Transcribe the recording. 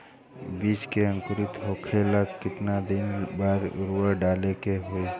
बिज के अंकुरित होखेला के कितना दिन बाद उर्वरक डाले के होखि?